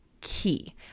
key